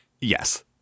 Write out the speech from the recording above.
Yes